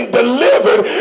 delivered